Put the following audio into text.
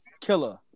killer